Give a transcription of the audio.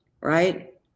right